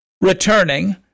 Returning